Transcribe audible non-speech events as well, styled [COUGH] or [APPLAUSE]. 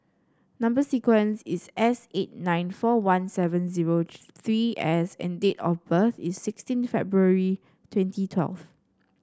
number sequence is S eight nine four one seven zero [UNINTELLIGIBLE] three S and date of birth is sixteen February twenty twelve